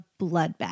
bloodbath